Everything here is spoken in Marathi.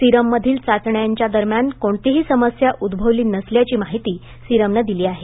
सिरममधील चाचण्यांच्या दरम्यान कोणतीही समस्या उद्भवली नसल्याची माहिती सिरमनं दिली आहे